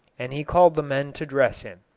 and he called the men to dress him.